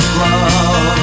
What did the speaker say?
love